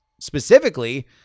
specifically